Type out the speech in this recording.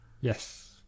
Yes